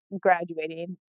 graduating